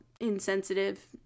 insensitive